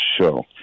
show